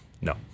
no